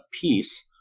peace